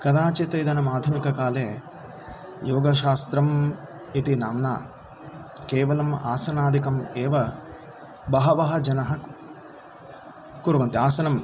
कदाचित् इदानीम् आधुनिककाले योगशास्त्रम् इति नाम्ना केवलम् आसनादिकम् एव बहवः जनाः कुर्वन्ति आसनं